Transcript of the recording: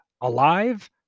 alive